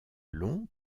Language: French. long